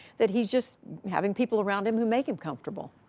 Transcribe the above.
that he's just having people around him who make him comfortable?